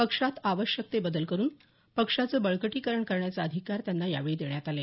पक्षात आवश्यक ते बदल करून पक्षाचं बळकटीकरण करण्याचे अधिकार त्यांना यावेळी देण्यात आले